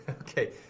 Okay